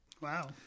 Wow